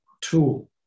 tool